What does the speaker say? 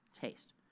taste